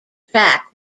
track